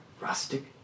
Rustic